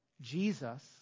Jesus